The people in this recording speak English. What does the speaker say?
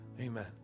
Amen